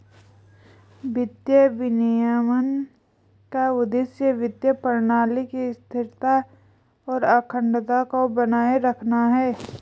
वित्तीय विनियमन का उद्देश्य वित्तीय प्रणाली की स्थिरता और अखंडता को बनाए रखना है